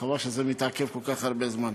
חבל שזה מתעכב כל כך הרבה זמן.